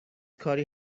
کاری